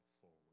forward